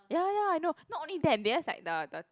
ya ya ya I know not only that because like the the